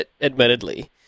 admittedly